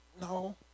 No